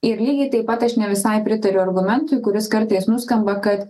ir lygiai taip pat aš ne visai pritariu argumentui kuris kartais nuskamba kad